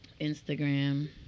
Instagram